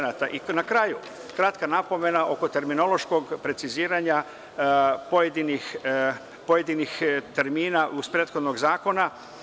Na kraju, kratka napomena oko terminološkog preciziranja pojedinih termina iz prethodnog zakona.